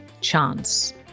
Chance